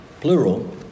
plural